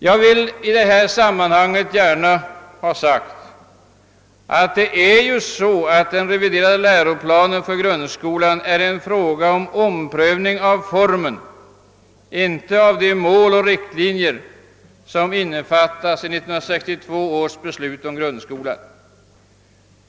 Jag vill i detta sammanhang gärna ha sagt att den reviderade läroplanen för grundskolan innebär en omprövning av formen, inte av de mål och riktlinjer som innefattas i 1962 års beslut om grundskolan.